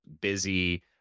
busy